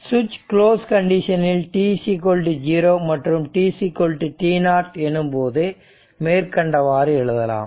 சுவிட்ச் கிளோஸ் கண்டிஷனில் t0 மற்றும் tt0 எனும்போது மேற்கண்டவாறு எழுதலாம்